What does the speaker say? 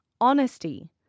honesty